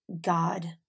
God